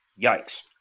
Yikes